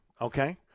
okay